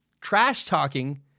trash-talking